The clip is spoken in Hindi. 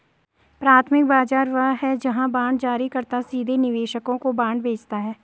प्राथमिक बाजार वह है जहां बांड जारीकर्ता सीधे निवेशकों को बांड बेचता है